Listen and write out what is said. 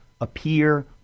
appear